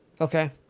okay